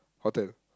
hotel